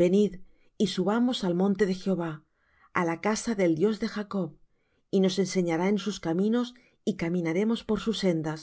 venid y subamos al monte de jehová á la casa del dios de jacob y nos enseñará en sus caminos y caminaremos por sus sendas